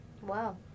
Wow